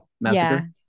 Massacre